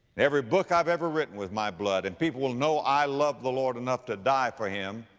every book i've ever written with my blood and people will know i love the lord enough to die for him.